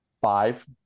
Five